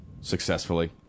successfully